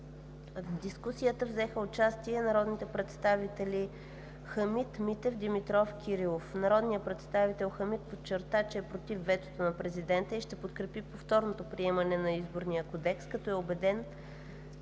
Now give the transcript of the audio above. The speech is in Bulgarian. дискусията взеха участие народните представители Хамид Хамид, Христиан Митев, Емил Димитров и Данаил Кирилов. Народният представител Хамид Хамид подчерта, че е против ветото на президента и ще подкрепи повторното приемане на Изборния кодекс, като е убеден